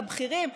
לבכירים.